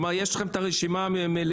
כלומר יש לכם רשימה מלאה.